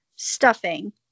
stuffing